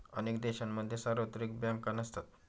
अनेक देशांमध्ये स्वतंत्र सार्वत्रिक बँका नसतात